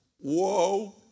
Whoa